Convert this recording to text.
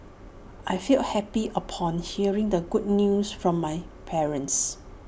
I felt happy upon hearing the good news from my parents